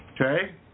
Okay